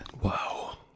Wow